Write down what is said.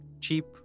cheap